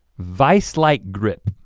vise-like grip.